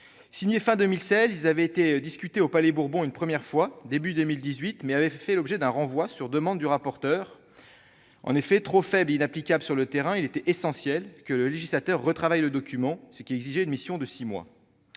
fin de 2016, ils avaient été discutés au Palais-Bourbon, une première fois, au début de 2018, mais avaient l'objet d'un renvoi, sur demande du rapporteur. En effet, ces accords étaient trop faibles et inapplicables sur le terrain, et il apparaissait essentiel que le législateur retravaille le document, ce qui exigeait une mission de six mois.